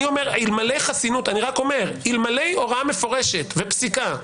אלמלא הוראה מפורשת ופסיקה,